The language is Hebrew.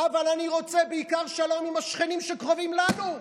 אבל אני רוצה בעיקר שלום עם השכנים שקרובים לנו,